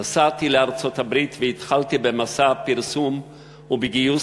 נסעתי לארצות-הברית והתחלתי במסע הפרסום ובגיוס